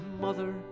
mother